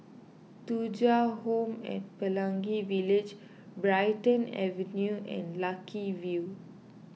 Thuja Home at Pelangi Village Brighton Avenue and Lucky View